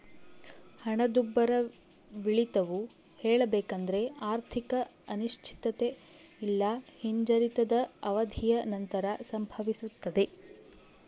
ಹಣದುಬ್ಬರವಿಳಿತವು ಹೇಳಬೇಕೆಂದ್ರ ಆರ್ಥಿಕ ಅನಿಶ್ಚಿತತೆ ಇಲ್ಲಾ ಹಿಂಜರಿತದ ಅವಧಿಯ ನಂತರ ಸಂಭವಿಸ್ತದೆ